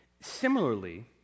Similarly